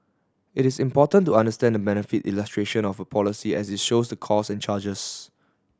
it is important to understand the benefit illustration of a policy as it shows the cost and charges